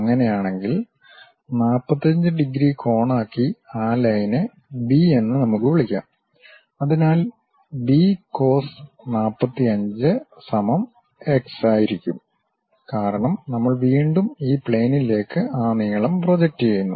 അങ്ങനെയാണെങ്കിൽ 45 ഡിഗ്രി കോണാക്കി ആ ലൈനെ ബി എന്ന് നമുക്ക് വിളിക്കാം അതിനാൽ B cos 45 x ആയിരിക്കും കാരണം നമ്മൾ വീണ്ടും ഈ പ്ലേയിനിലേക്ക് ആ നീളം പ്രൊജക്റ്റ് ചെയ്യുന്നു